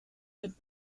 mit